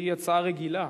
שלה יש הצעה רגילה,